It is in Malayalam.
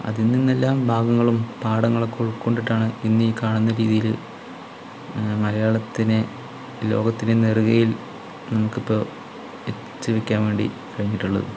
അതിൽ നിന്നെല്ലാം ഭാഗങ്ങളും പാഠങ്ങളും ഉൾക്കൊണ്ടിട്ടാണ് ഇന്നീ കാണുന്ന രീതില് മലയാളത്തിനെ ലോകത്തിൻ്റെ നെറുകയിൽ നമുക്കിപ്പോൾ എത്തിച്ചിരിക്കാൻ വേണ്ടി കഴിഞ്ഞിട്ടുള്ളത്